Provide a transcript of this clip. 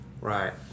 Right